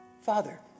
Father